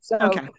Okay